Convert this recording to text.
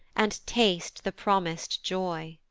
and taste the promis'd joy